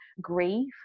grief